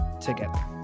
together